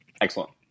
Excellent